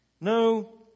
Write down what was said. No